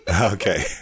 Okay